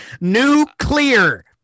Nuclear